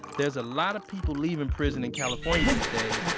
there's a lot of people leaving prison in california these days,